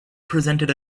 presented